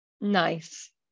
Nice